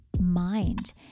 mind